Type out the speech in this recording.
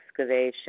excavation